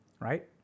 Right